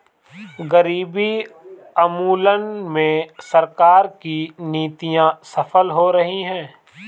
गरीबी उन्मूलन में सरकार की नीतियां सफल हो रही हैं